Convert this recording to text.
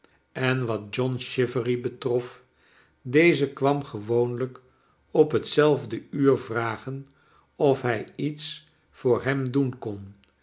en wat john chivery betrof deze kwam gewoonlijk op hetzelfde uur vragen of hij iets voor hem doen kon